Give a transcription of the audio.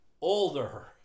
older